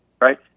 right